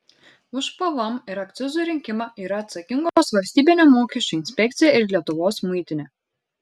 už pvm ir akcizų rinkimą yra atsakingos valstybinė mokesčių inspekcija ir lietuvos muitinė